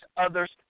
others